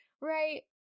right